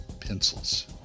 Pencils